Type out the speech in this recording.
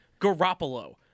Garoppolo